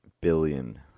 billion